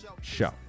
Show